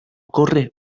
corre